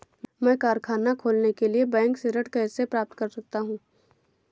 मैं कारखाना खोलने के लिए बैंक से ऋण कैसे प्राप्त कर सकता हूँ?